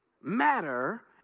matter